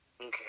Okay